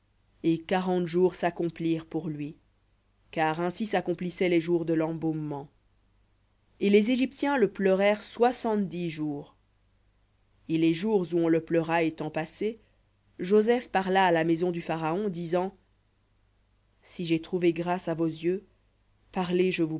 et quarante jours s'accomplirent pour lui car ainsi s'accomplissaient les jours de l'embaumement et les égyptiens le pleurèrent soixante-dix jours et les jours où on le pleura étant passés joseph parla à la maison du pharaon disant si j'ai trouvé grâce à vos yeux parlez je